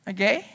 Okay